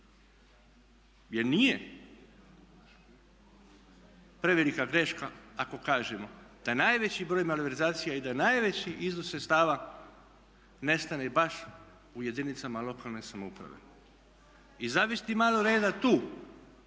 Jer nije prevelika greška ako kažemo da najveći broj malverzacija i da najveći iznos sredstava nestane baš u jedinicama lokalne samouprave. I zavesti malo reda tu.